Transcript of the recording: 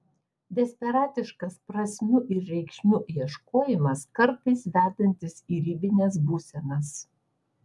desperatiškas prasmių ir reikšmių ieškojimas kartais vedantis į ribines būsenas